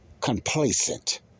complacent